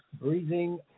breathing